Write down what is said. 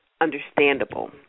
understandable